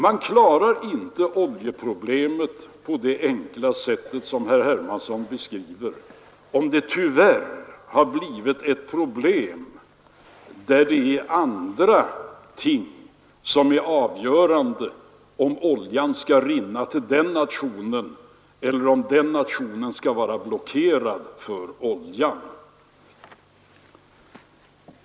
Man klarar inte oljeproblemet på det enkla sätt som herr Hermansson beskriver, om det — tyvärr — har blivit ett problem där det är andra ting som är avgörande för om olja skall rinna till en nation eller om den skall vara blockerad från olja.